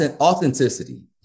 Authenticity